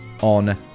on